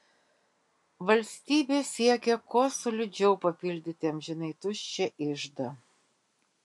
valstybė siekia kuo solidžiau papildyti amžinai tuščią iždą